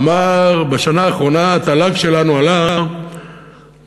הוא אמר: בשנה האחרונה התל"ג שלנו עלה ב-46